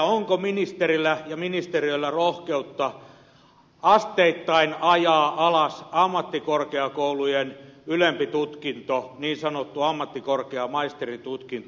onko ministerillä ja ministeriöllä rohkeutta asteittain ajaa alas ammattikorkeakoulujen ylempi tutkinto niin sanottu ammattikorkea maisteritutkinto